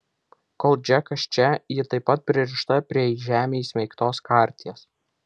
kol džekas čia ji taip pat pririšta prie į žemę įsmeigtos karties